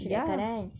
ya